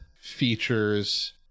features